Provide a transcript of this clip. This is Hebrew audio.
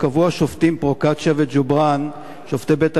אנחנו נוסיף לפרוטוקול, אדוני, את הצבעתה.